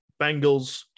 bengals